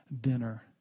dinner